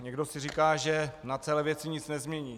Někdo si říká, že na celé věci nic nezmění.